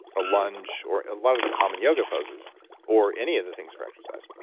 a lunge or a lot of the common yoga poses or any of the things for exercise.